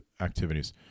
activities